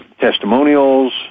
testimonials